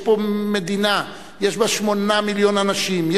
יש פה מדינה, יש בה 8 מיליון אנשים.